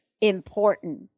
important